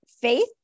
faith